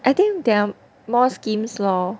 I think there are more schemes lor